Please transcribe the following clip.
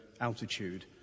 altitude